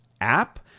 app